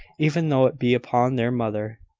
even though it be upon their mother.